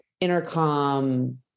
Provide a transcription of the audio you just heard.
intercom